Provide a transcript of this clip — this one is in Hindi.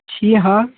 जी हाँ